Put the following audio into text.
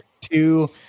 two